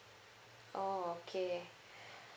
oh okay